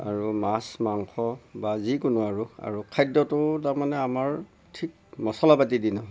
আৰু মাছ মাংস বা যিকোনো আৰু আৰু খাদ্যটো তাৰ মানে আমাৰ ঠিক মচলা পাতি দি নহয়